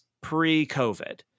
pre-COVID